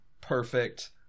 perfect